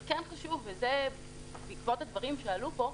אבל כן חשוב, בעקבות הדברים שעלו פה,